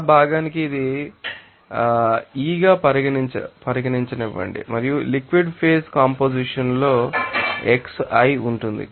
ఆ భాగానికి ఇది యిగా పరిగణించనివ్వండి మరియు లిక్విడ్ ఫేజ్ కంపొజిషన్ లో xi ఉంటుంది